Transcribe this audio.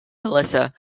melissa